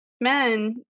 men